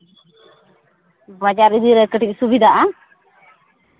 ᱵᱟᱡᱟᱨ ᱤᱫᱤ ᱨᱮ ᱠᱟᱹᱴᱤᱡ ᱥᱩᱵᱤᱫᱟᱜᱼᱟ